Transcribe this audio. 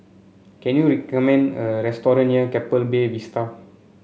can you recommend a restaurant near Keppel Bay Vista